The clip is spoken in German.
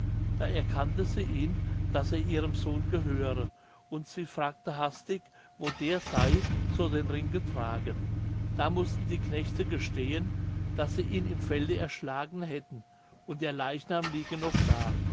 da erkannte sie ihn daß er ihrem sohne gehöre und sie fragte hastig wo der sey so den ring getragen da mußten die knechte gestehen daß sie ihn im felde erschlagen hätten und der leichnam liege noch da